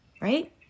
right